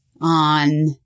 on